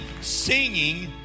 singing